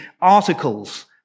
articles